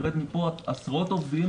עשרות עובדים,